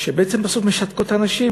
שבעצם בסוף משתקות אנשים.